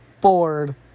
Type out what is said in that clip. bored